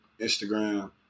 Instagram